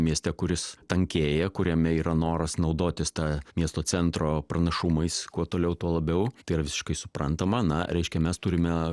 mieste kuris tankėja kuriame yra noras naudotis ta miesto centro pranašumais kuo toliau tuo labiau tai yra visiškai suprantama na reiškia mes turime